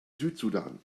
südsudan